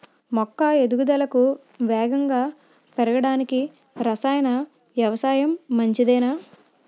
మొక్క ఎదుగుదలకు వేగంగా పెరగడానికి, రసాయన వ్యవసాయం మంచిదేనా?